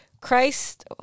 Christ